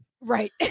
right